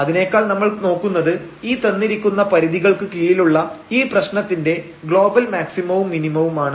അതിനേക്കാൾ നമ്മൾ നോക്കുന്നത് ഈ തന്നിരിക്കുന്ന പരിധികൾക്ക് കീഴിലുള്ള ഈപ്രശ്നത്തിന്റെ ഗ്ലോബൽ മാക്സിമവും മിനിമവും ആണ്